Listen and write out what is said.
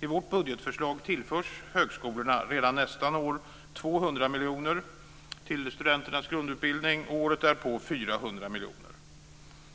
I vårt budgetförslag tillförs högskolorna redan nästa år 200 miljoner till studenternas grundutbildning och året därpå 400 miljoner.